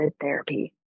therapy